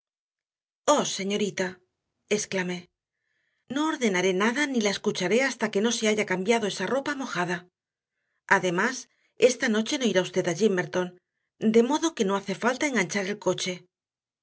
señorita exclamé no ordenaré nada ni la escucharé hasta que no se haya cambiado esa ropa mojada además esta noche no irá usted a gimmerton de modo que no hace falta enganchar el coche